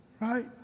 right